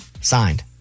Signed